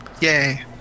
Yay